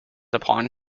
upon